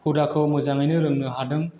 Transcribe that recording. हुदाखौ मोजाङैनो रोंनो हादों